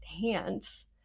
hands